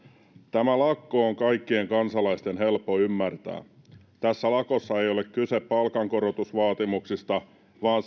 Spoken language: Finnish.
tämä lakko on kaikkien kansalaisten helppo ymmärtää tässä lakossa ei ole kyse palkankorotusvaatimuksista vaan